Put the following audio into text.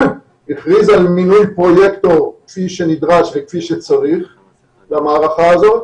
הכריז על מינוי פרויקטור כפי שנדרש וכפי שצריך למערכה הזאת.